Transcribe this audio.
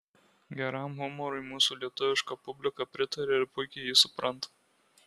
geram humorui mūsų lietuviška publika pritaria ir puikiai jį supranta